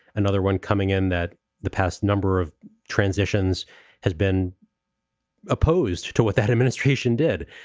another one coming in that the past number of transitions has been opposed to what that administration did,